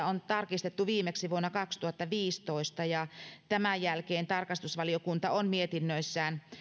on tarkistettu viimeksi vuonna kaksituhattaviisitoista ja tämän jälkeen tarkastusvaliokunta on mietinnöissään